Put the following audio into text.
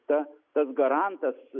ta tas garantas